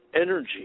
energy